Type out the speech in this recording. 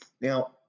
Now